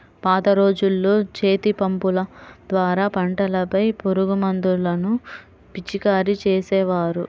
పాత రోజుల్లో చేతిపంపుల ద్వారా పంటలపై పురుగుమందులను పిచికారీ చేసేవారు